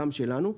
גם שלנו,